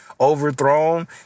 overthrown